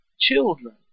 Children